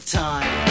time